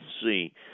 see